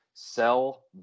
Sell